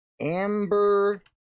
Amber